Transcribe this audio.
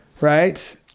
right